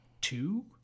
two